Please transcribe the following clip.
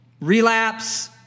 relapse